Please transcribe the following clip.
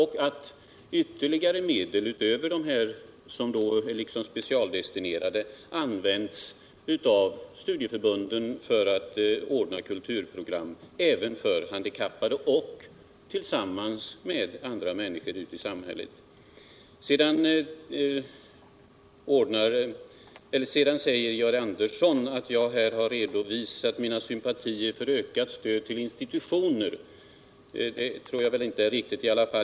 Och de ytterligare medel som finns utöver de som liksom är specialdestinerade används av studieförbunden för att ordna kulturprogram även för handikappade — tillsammans med andra människor ute i samhället. Georg Andersson säger att jag redovisat sympatier för ett ökat stöd till institutioner. Det är väl inte riktigt.